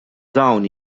dawn